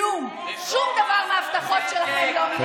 כלום, שום דבר מההבטחות שלכם לא מתממש.